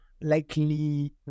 likely